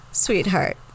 Sweetheart